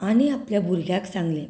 आनी आपल्या भुरग्यांक सांगलें